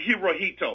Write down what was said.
Hirohito